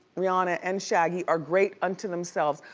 rihanna and shaggy, are great onto themselves.